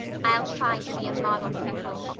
i'll try to be a model pupil,